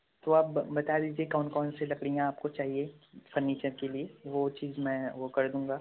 तो अब बता दीजिए कौन कौन से लकडियाँ आपको चाहिए फर्नीचर के लिए वह चीज़ मैं वह कर दूँगा